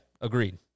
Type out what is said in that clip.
agreed